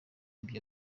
ivyo